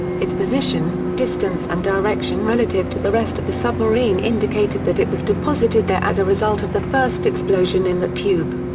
its position, distance and direction relative to the rest of the submarine indicated that it was deposited there as a result of the first explosion in that tube.